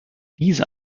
diese